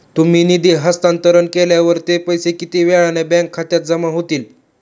तुम्ही निधी हस्तांतरण केल्यावर ते पैसे किती वेळाने बँक खात्यात जमा होतील?